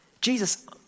Jesus